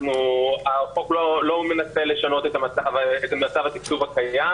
החוק לא מנסה לשנות את מצב התקצוב הקיים.